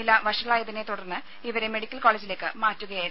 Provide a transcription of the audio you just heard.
നില വഷളായതിനെത്തുടർന്ന് ഇവരെ മെഡിക്കൽ കോളേജിലേക്ക് മാറ്റുകയായിരുന്നു